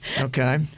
Okay